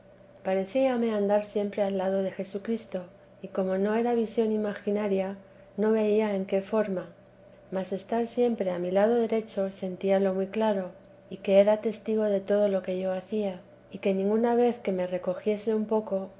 parecíame andar siempre al lado de jesucristo y como no era visión imaginaria no veía en qué forma mas estar siempre a mi lado derecho sentíalo muy claro y que era testigo de todo lo que yo hacía y que ninguna vez que me recogiese un poco